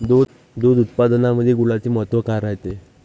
दूध उत्पादनामंदी गुळाचे महत्व काय रायते?